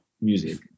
music